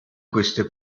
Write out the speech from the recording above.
queste